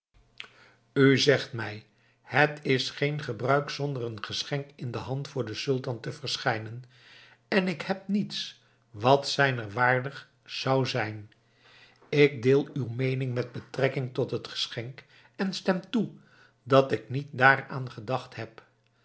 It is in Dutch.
u zegt mij het is geen gebruik zonder een geschenk in de hand voor den sultan te verschijnen en ik heb niets wat zijner waardig zou zijn ik deel uw meening met betrekking tot het geschenk en stem toe dat ik niet daaraan gedacht heb